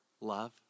love